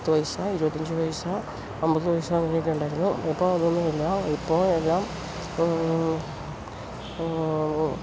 പത്ത് പൈസ ഇരുപത്തഞ്ച് പൈസ അമ്പത് പൈസ അങ്ങനെയൊക്കെ ഉണ്ടായിരുന്നു ഇപ്പം അതൊന്നും ഇല്ല ഇപ്പോൾ എല്ലാം